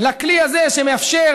לכלי הזה שמאפשר